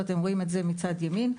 אפשר לראות את זה מצד ימין.